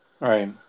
Right